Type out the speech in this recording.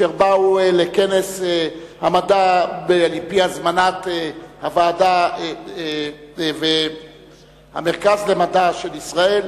אשר באו לכנס המדע על-פי הזמנת הוועדה והמרכז למדע של ישראל,